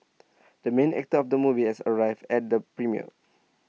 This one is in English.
the main actor of the movie has arrived at the premiere